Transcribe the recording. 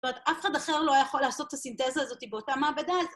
זאת אומרת, אף אחד אחר לא יכול לעשות את הסינתזה הזאת באותה מעבדה.